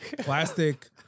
Plastic